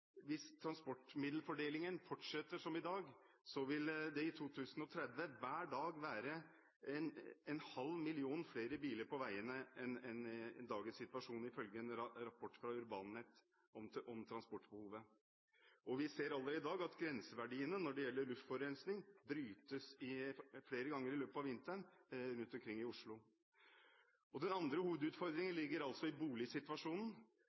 transportmiddelfordelingen fortsetter som i dag, vil det i 2030 hver dag være en halv million flere biler på veiene enn i dagens situasjon, ifølge en rapport fra Urbanet Analyse om transportbehovet. Vi ser allerede i dag at grenseverdiene når det gjelder luftforurensning, brytes flere ganger i løpet av vinteren rundt omkring i Oslo. Den andre hovedutfordringen ligger i boligsituasjonen.